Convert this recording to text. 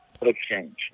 exchange